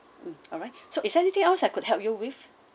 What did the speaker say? mm alright so is there anything else I could help you with